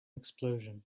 explosion